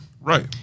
Right